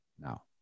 now